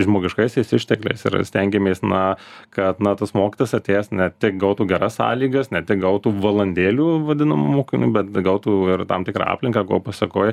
žmogiškaisiais ištekliais yra stengiamės na kad na tas mokytojas atėjęs ne tik gautų geras sąlygas ne tik gautų valandėlių vadinamų mokinių bet gautų ir tam tikrą aplinką ko pasekoj